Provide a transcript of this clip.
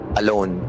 alone